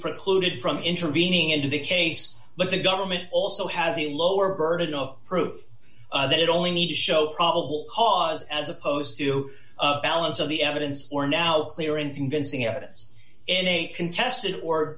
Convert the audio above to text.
precluded from intervening into the case but the government also has a lower burden of proof that it only need to show probable cause as opposed to balance of the evidence or now clear and convincing evidence in a contested or